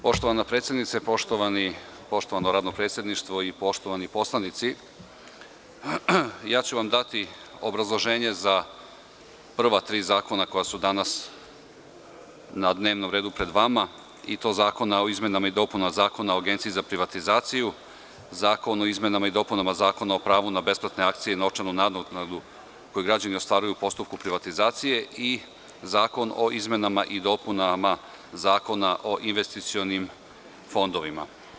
Poštovana predsednice, poštovano radno predsedništvo i poštovani poslanici, daću vam obrazloženje za prva tri zakona koja su danas na dnevnom redu pred vama, i to – Predlogu zakona o izmenama i dopunama Zakona o Agenciji za privatizaciju; Predlogu zakona o izmenama i dopunama Zakona o pravu na besplatne akcije i novčanu naknadu koju građani ostvaruju u postupku privatizacije; Predlogu zakona o izmenama i dopunama Zakona o investicionim fondovima.